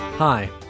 Hi